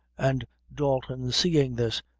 and dalton seeing this,